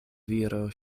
viro